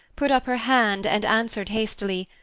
put up her hand, and answered hastily,